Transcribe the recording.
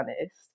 honest